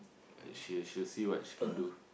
that she'll she'll see what she can do